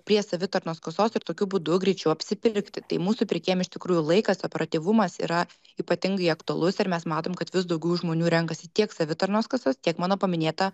prie savitarnos kasos ir tokiu būdu greičiau apsipirkti tai mūsų pirkėjam iš tikrųjų laikas operatyvumas yra ypatingai aktualus ir mes matom kad vis daugiau žmonių renkasi tiek savitarnos kasas tiek mano paminėtą